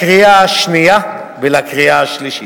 לקריאה השנייה ולקריאה השלישית.